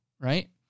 right